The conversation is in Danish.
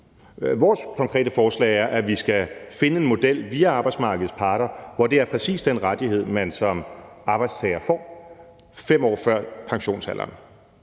Vores konkrete forslag er, at vi skal finde en model via arbejdsmarkedets parter, hvor det er præcis den rettighed, man som arbejdstager får 5 år før pensionsalderen.